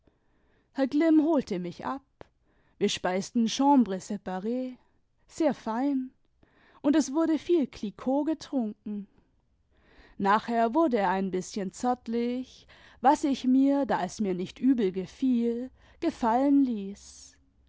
herr glimm holte mich ab wir speisten chambre spare sehr fein und es wurde viel cliquot getrunken nachher wurde er ein bißchen zärtlich was ich mir da es mir nicht übel gefiel gefallen ließ